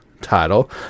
title